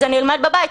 אני אלמד בבית,